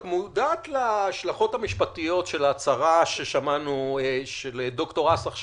את מודעת להשלכות המשפטיות של ההצהרה ששמענו של ד"ר האס עכשיו?